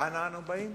ואנה אנו באים?